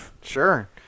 Sure